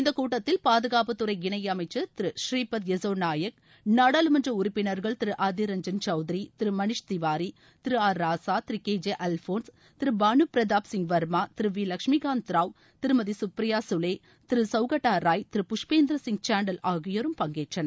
இந்தக் கூட்டத்தில் பாதுகாப்புத் துறை இணை அமைச்சர் திரு புரீபத் நாயக் நாடாளுமன்ற உறுப்பினர்கள் Thiru Adhir Ranjan Chowdhury Thiru Manish Tewari Thiru A Raja Thiru K J Alphons Thiru Bhanu Pratap Singh Verma Thiru V Lakshmikantha Rao Thirumathi கப்ரியா கலே திரு சவ்கதா ராய் திரு புஷ்பேந்திர சிங் சாந்தல் ஆகியோரும் பங்கேற்றனர்